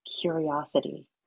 curiosity